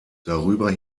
darüber